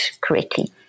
correctly